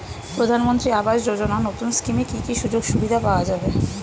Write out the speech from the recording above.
প্রধানমন্ত্রী আবাস যোজনা নতুন স্কিমে কি কি সুযোগ সুবিধা পাওয়া যাবে?